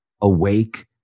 awake